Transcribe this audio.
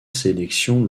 sélection